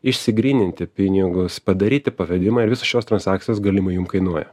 išsigryninti pinigus padaryti pavedimą ir visos šios transakcijos galimai jums kainuoja